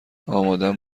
آمادم